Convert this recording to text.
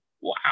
Wow